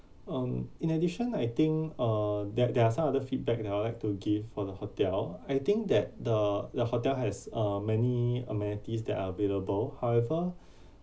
um in addition I think uh that there are some other feedback that I'll like to give for the hotel I think that the the hotel has uh many amenities that are available however